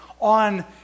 on